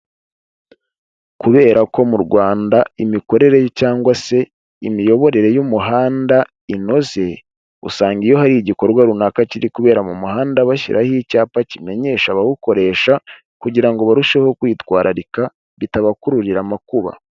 Kubera ko mu Rwanda imikorere cyangwa se imiyoborere y'umuhanda inoze, usanga iyo hari igikorwa runaka kiri kubera mu muhanda, bashyiraho icyapa kimenyesha abawukoresha kugira ngo barusheho kwitwararika bitabakururira amakuba.